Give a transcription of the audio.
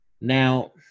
Now